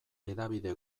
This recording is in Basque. hedabide